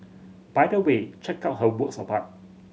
by the way check out her works of art